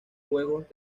juegos